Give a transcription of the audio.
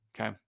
okay